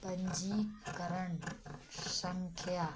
पंजीकरण संख्या